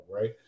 Right